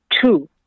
Two